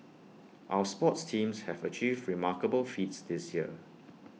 our sports teams have achieved remarkable feats this year